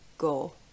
go